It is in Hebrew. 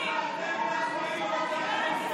נגד החיילים.